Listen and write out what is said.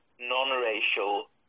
non-racial